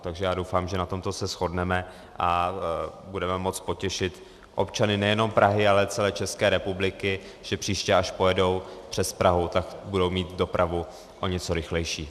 Takže já doufám, že na tomto se shodneme a budeme moct potěšit občany nejenom Prahy, ale celé České republiky, že příště, až pojedou přes Prahu, budou mít dopravu o něco rychlejší.